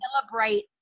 celebrate